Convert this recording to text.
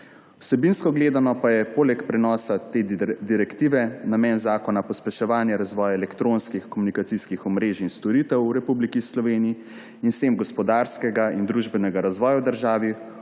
Vsebinsko gledano pa je poleg prenosa te direktive namen zakona pospeševanje razvoja elektronskih komunikacijskih omrežij in storitev v Republiki Sloveniji in s tem gospodarskega in družbenega razvoja v državi,